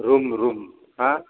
room रुम हा